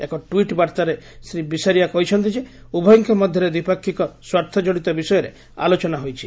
ଏକ ଟ୍ପିଟ୍ ବାର୍ତ୍ତାରେ ଶ୍ରୀ ବିସାରିଆ କହିଛନ୍ତି ଯେ ଉଭୟଙ୍କ ମଧ୍ୟରେ ଦ୍ୱିପାକ୍ଷିକ ସ୍ୱାର୍ଥଜଡ଼ିତ ବିଷୟରେ ଆଲୋଚନା ହୋଇଛି